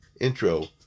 intro